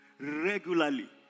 regularly